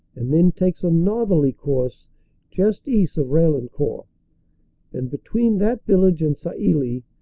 and then take a northerly course just east of raillen court and between that village and sailly,